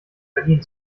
berlin